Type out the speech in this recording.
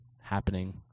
happening